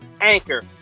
Anchor